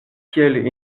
kiel